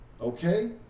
Okay